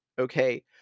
okay